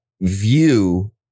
view